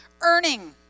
earning